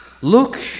Look